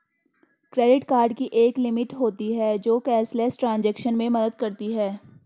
credit card की एक limit होती है जो कैशलेस ट्रांज़ैक्शन में मदद करती है